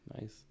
nice